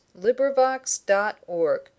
LibriVox.org